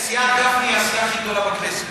סיעת גפני היא הסיעה הכי גדולה בכנסת,